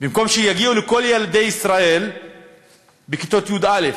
במקום שיגיעו לכל ילדי ישראל בכיתות י"א,